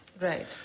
Right